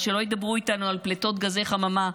אז שלא ידברו איתנו על פליטות גזי חממה.